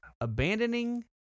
abandoning